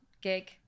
gig